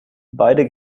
beide